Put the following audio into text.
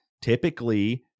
typically